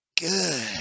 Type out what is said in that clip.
good